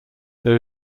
there